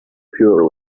pure